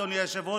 אדוני היושב-ראש,